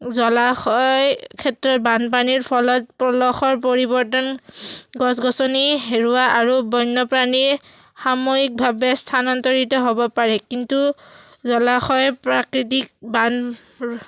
জলাশয় ক্ষেত্ৰত বানপানীৰ ফলত পলসৰ পৰিৱৰ্তন গছ গছনি হেৰুৱা আৰু বন্যপ্ৰাণীৰ সাময়িকভাৱে স্থানন্তৰিত হ'ব পাৰে কিন্তু জলাশয়ৰ প্ৰাকৃতিক বান